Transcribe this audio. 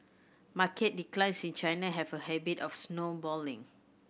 market declines in China have a habit of snowballing